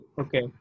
okay